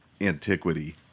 antiquity